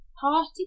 party